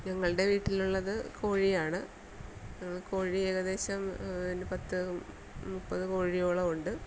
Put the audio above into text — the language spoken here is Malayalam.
ഞങ്ങളുടെ വീട്ടിലുള്ളത് കോഴിയാണ് ഞങ്ങൾ കോഴിയെ ഏകദേശം പത്ത് മുപ്പത് കോഴിയോളമുണ്ട്